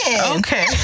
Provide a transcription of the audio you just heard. Okay